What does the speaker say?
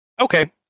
Okay